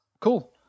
cool